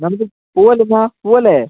നമുക്ക് പോവുകയല്ലെ എന്നാൽ പോവുകയല്ലെ